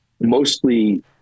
mostly